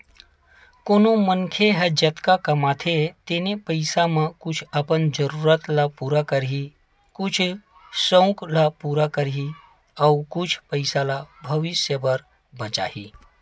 कोनो मनखे ह जतका कमाथे तेने पइसा म कुछ अपन जरूरत ल पूरा करही, कुछ सउक ल पूरा करही अउ कुछ पइसा ल भविस्य बर बचाही